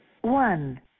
One